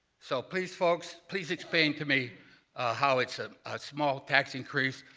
so please, folks, please explain to me how it's a ah small tax increase,